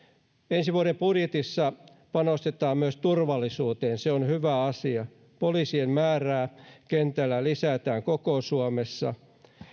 ensi vuoden budjetissa panostetaan myös turvallisuuteen se on hyvä asia poliisien määrää kentällä lisätään koko suomessa